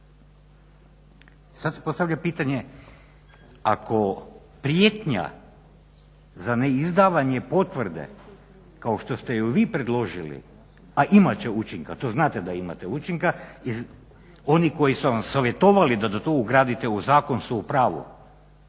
sad se postavlja pitanje ako prijetnja za neizdavanje potvrde kao što ste ju vi predložili, a imat će učinka, to znate da imate učinka, oni koji su vam savjetovali da to ugradite u zakon su u pravu,